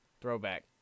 Throwback